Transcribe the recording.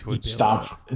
Stop